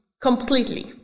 Completely